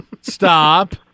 Stop